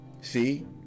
see